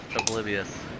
oblivious